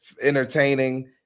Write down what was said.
entertaining